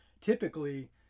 typically